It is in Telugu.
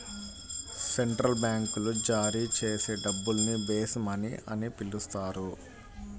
సెంట్రల్ బ్యాంకులు జారీ చేసే డబ్బుల్ని బేస్ మనీ అని పిలుస్తారు